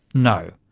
no.